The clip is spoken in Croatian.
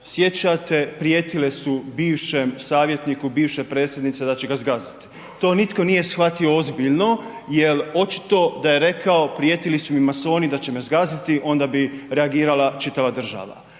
sjećate, prijetile su bivšem savjetniku bivše predsjednice da će ga zgaziti. To nitko nije shvatio ozbiljno jer očito da je rekao prijetili su mi masoni da će me zgaziti, onda bi reagirala čitava država.